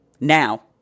now